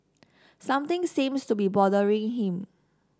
something seems to be bothering him